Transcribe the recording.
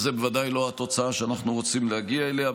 וזו בוודאי לא התוצאה שאנחנו רוצים להגיע אליה.